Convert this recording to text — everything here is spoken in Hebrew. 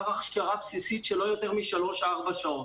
הכשרה בסיסית של לא יותר משלוש-ארבע שעות.